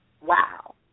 wow